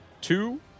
Two